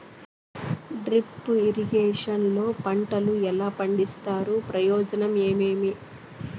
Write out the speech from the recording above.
Drip irrigation లో పంటలు ఎలా పండిస్తారు ప్రయోజనం ఏమేమి?